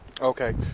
Okay